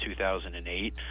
2008